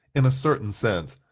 in a certain sense,